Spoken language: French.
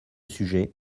sujet